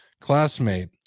classmate